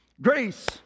Grace